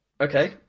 Okay